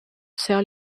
sell